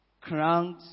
crowned